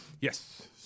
Yes